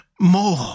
more